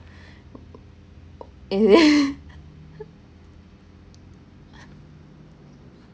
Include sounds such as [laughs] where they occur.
it [laughs]